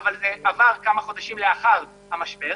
אבל עבר כמה חודשים לאחר מכן המשבר.